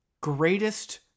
Greatest